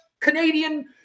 Canadian